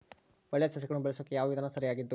ಒಳ್ಳೆ ಸಸಿಗಳನ್ನು ಬೆಳೆಸೊಕೆ ಯಾವ ವಿಧಾನ ಸರಿಯಾಗಿದ್ದು?